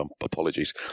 apologies